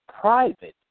private